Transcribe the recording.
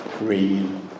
real